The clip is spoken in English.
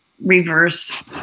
reverse